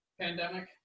pandemic